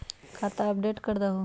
खाता अपडेट करदहु?